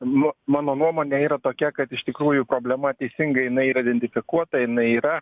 nu mano nuomonė yra tokia kad iš tikrųjų problema teisingai jinai yra identifikuota jinai yra